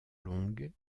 longue